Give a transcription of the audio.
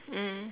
mm